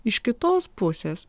iš kitos pusės